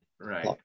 Right